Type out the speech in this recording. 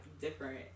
different